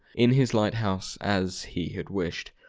in his lighthouse, as he had wished.